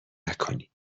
نکنی